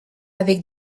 avec